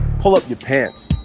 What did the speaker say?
pull up your pants.